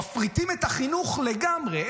מפריטים את החינוך לגמרי.